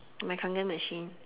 my kangen machine